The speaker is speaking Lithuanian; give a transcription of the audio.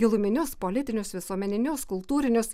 giluminius politinius visuomeninius kultūrinius